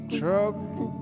trouble